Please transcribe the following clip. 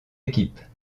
équipes